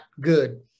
good